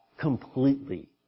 completely